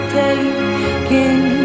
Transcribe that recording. taking